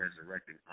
Resurrecting